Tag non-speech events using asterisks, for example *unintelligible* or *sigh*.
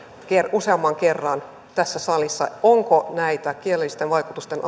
useamman kerran tässä salissa onko näitä kielellisten vaikutusten *unintelligible*